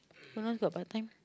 got part-time